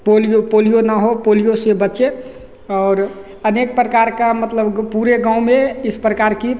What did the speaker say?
polio polio ना हो polio से बचें और अनेक प्रकार का मतलब ग पूरे गाँव में इस प्रकार की